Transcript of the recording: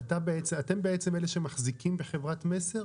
אתם בעצם אלה שמחזיקים בחברת מסר?